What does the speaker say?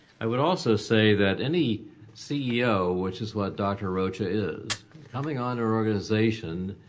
i would also say that any ceo which has led dr. rocha is coming on our organization,